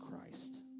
Christ